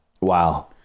Wow